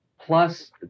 plus